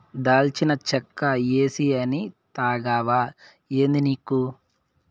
దాల్చిన చెక్క ఏసీ అనే తాగవా ఏందానిక్కు